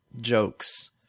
jokes